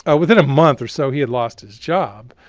ah within a month or so he had lost his job,